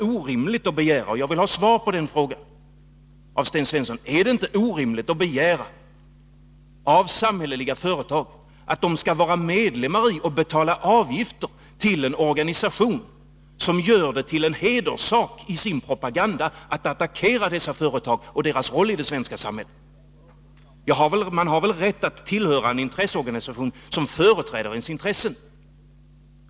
Jag vill fråga Sten Svensson: Är det inte orimligt att begära av samhälleliga företag att de skall vara medlemmar i, och betala avgifter till, en organisation som gör det till en hederssak i sin propaganda att attackera dessa företag och deras roll i det svenska samhället? Man har väl rätt att tillhöra en intresseorganisation som företräder ens intressen.